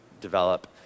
develop